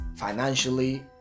Financially